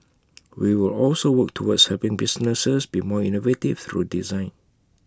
we will also work towards helping businesses be more innovative through design